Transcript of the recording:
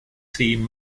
team